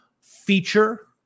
feature